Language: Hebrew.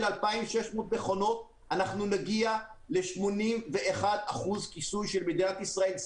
2,600 מכונות אנחנו נגיע ל-81% כיסוי של מדינת ישראל.